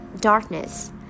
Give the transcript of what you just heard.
darkness